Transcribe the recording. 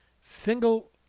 single